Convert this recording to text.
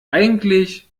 eigentlich